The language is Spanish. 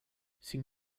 sin